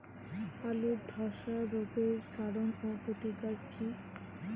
আলুর ধসা রোগের কারণ ও প্রতিকার কি?